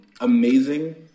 amazing